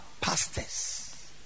pastors